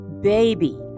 baby